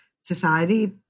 society